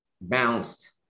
bounced